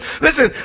listen